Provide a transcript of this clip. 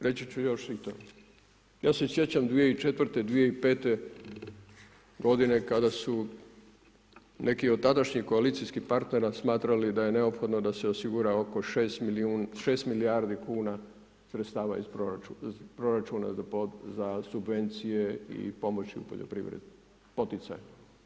Reći ću još i to, ja se sjećam 2004.-te, 2005.-te godine kada su neki od tadašnjih koalicijskih partnera smatrali da je neophodno da se osigura oko 6 milijardi kuna iz proračuna za subvencije i pomoći u poljoprivredi, poticaje.